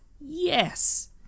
Yes